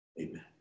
Amen